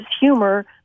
humor